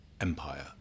empire